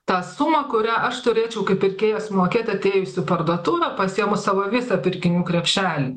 tą sumą kurią aš turėčiau kaip pirkėjas mokėt atėjus į parduotuvę pasiėmus savo visą pirkinių krepšelį